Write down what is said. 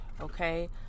okay